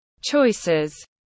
choices